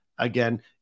Again